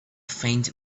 faint